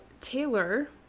Taylor